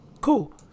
Cool